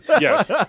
Yes